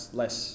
less